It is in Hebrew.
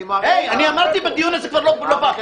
אני אמרתי בדיון הזה כבר לא פעם.